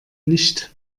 nicht